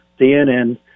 CNN